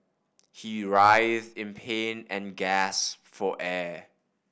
he writhed in pain and gasped for air